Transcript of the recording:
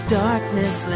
darkness